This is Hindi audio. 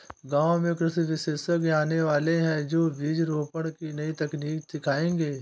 गांव में कृषि विशेषज्ञ आने वाले है, जो बीज रोपण की नई तकनीक सिखाएंगे